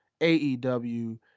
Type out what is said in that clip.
AEW